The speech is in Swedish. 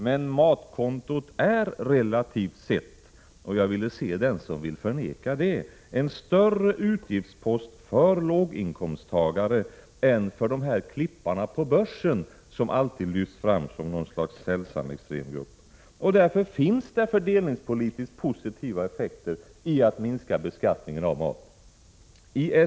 Men matkontot är relativt sett, och jag vill se den som kan förneka detta, en större utgiftspost för låginkomsttagare än för klipparna på börsen, som alltid lyfts fram som något slags sällsam extremgrupp. Därför ligger det fördelningspolitiskt positiva effekter i att minska beskattningen av — Prot. 1986/87:99 maten.